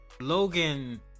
Logan